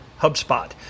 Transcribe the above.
HubSpot